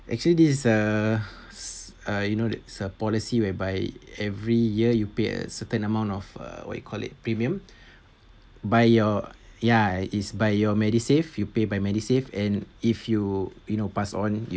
actually this is a uh you know that's a policy whereby every year you pay a certain amount of uh what you call it premium by your ya is by your medisave you pay by medisave and if you you know pass on